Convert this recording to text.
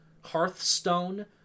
Hearthstone